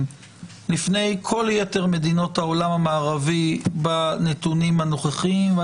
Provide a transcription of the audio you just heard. לפני כל יתר מדינות העולם המערבי בנתונים הנוכחיים.